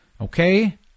okay